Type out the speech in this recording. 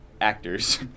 actors